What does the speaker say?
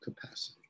capacity